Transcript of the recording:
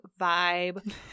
vibe